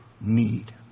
need